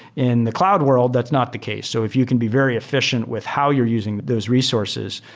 in the cloud world, that's not the case. so if you can be very efficient with how you're using those resources,